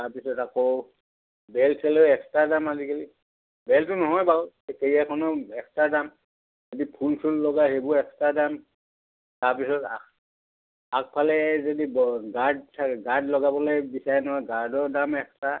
তাৰপিছত আকৌ বেল চেলো এক্সট্ৰা দাম আজিকালি বেলটো নহয় বাৰু সেই কেৰিয়াৰখনৰ এক্সট্ৰা দাম যদি ফুল চুল লগা সেইবোৰ এক্সট্ৰা দাম তাৰপিছত আগফালে যদি গাৰ্ড গাৰ্ড লগাবলৈ বিচাৰে নহয় গাৰ্ডৰ দাম এক্সট্ৰা